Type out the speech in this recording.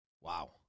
wow